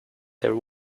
their